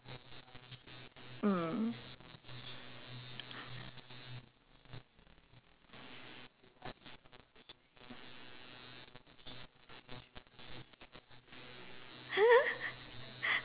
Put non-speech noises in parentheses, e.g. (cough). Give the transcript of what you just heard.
mm (laughs)